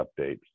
updates